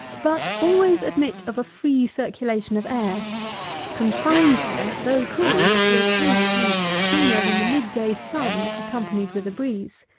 but always admit of a free circulation of air confined air, though cool, will taint meat sooner than the mid-day sun accompanied with a breeze.